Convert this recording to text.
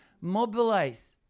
Mobilize